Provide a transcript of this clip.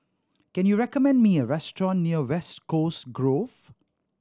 can you recommend me a restaurant near West Coast Grove